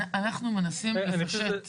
אנחנו מנסים לפרט.